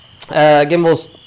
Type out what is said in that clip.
Gimbal's